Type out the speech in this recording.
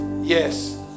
yes